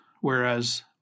whereas